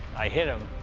i hit him,